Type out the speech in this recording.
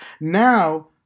Now